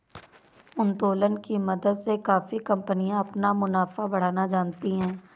उत्तोलन की मदद से काफी कंपनियां अपना मुनाफा बढ़ाना जानती हैं